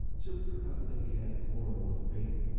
chip forgot that he had a quarrel with fate,